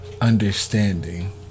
understanding